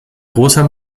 großer